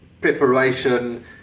preparation